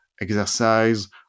exercise